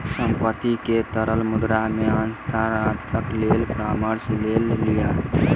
संपत्ति के तरल मुद्रा मे हस्तांतरणक लेल परामर्श लय लिअ